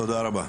תודה רבה.